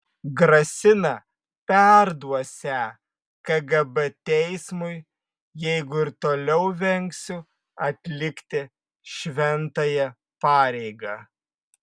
grasina perduosią kgb teismui jeigu ir toliau vengsiu atlikti šventąją pareigą